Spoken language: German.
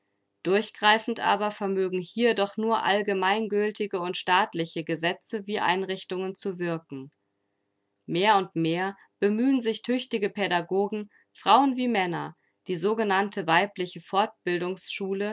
durchgreifend aber vermögen hier doch nur allgemein gültige und staatliche gesetze wie einrichtungen zu wirken mehr und mehr bemühen sich tüchtige pädagogen frauen wie männer die sogenannte weibliche